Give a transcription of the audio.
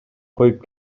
коюп